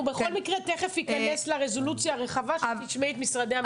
הוא בכל מקרה תיכף יכנס לרזולוציה הרחבה שתשמעי את משרדי הממשלה.